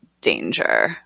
danger